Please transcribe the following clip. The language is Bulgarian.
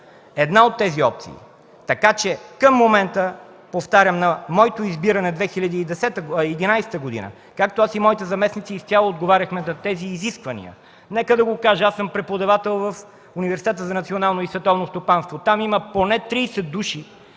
Една от тези опции. Така че към момента, повтарям, на моето избиране през 2011 г. както аз, така и моите заместници, изцяло отговаряхме за тези изисквания. Нека да го кажа, аз съм преподавател в Университета за национално и световно стопанство. Там има поне 30 души,